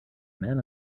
man